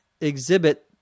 exhibit